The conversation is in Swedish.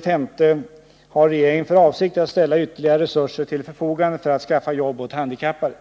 5. Har regeringen för avsikt att ställa ytterligare resurser till förfogande för att skaffa jobb åt handikappade?